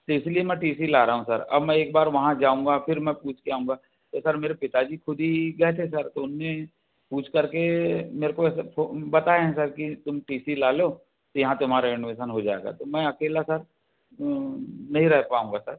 तो इसीलिए मैं टी सी ला रहा हूँ सर अब मैं एक बार वहाँ जाऊंगा फिर मैं पूछ के आऊंगा तो सर मेरे पिता जी खुद ही गए थे सर तो उनने पूछ करके मेरे को ऐसा वो बताए हैं सर की तुम टी सी लालो तो यहाँ तुम्हारा एडमिशन हो जाएगा तो मैं अकेला सर नहीं रह पाऊँगा सर